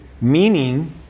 meaning